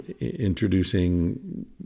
introducing